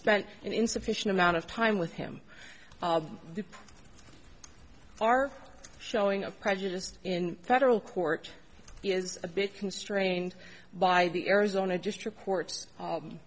spent an insufficient amount of time with him are showing up prejudiced in federal court is a big constrained by the arizona just report